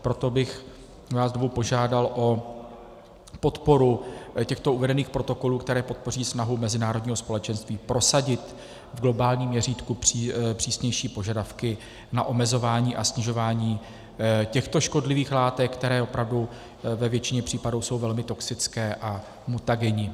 Proto bych vás znovu požádal o podporu těchto uvedených protokolů, které podpoří snahu mezinárodního společenství prosadit v globálním měřítku přísnější požadavky na omezování a snižování těchto škodlivých látek, které opravdu ve většině případů jsou velmi toxické a mutagenní.